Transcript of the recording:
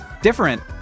different